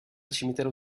cimitero